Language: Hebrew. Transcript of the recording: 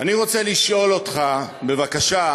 אני רוצה לשאול אותך, בבקשה,